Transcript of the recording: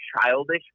childish